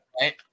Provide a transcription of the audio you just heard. right